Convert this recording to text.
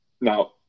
Now